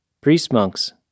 priest-monks